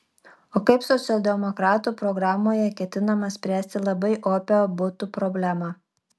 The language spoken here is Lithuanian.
o kaip socialdemokratų programoje ketinama spręsti labai opią butų problemą